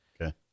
Okay